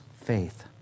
faith